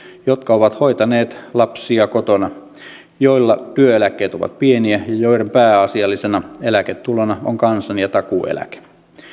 jotka ovat hoitaneet lapsia kotona joilla työeläkkeet ovat pieniä ja joiden pääasiallisena eläketulona ovat kansan ja takuueläke